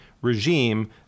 Regime